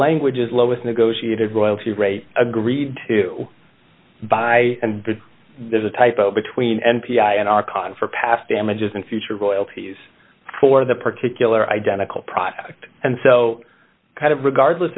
language is lowest negotiated royalty rate agreed to by and there's a typo between n p i and our confort past damages and future royalties for that particular identical product and so kind of regardless